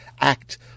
act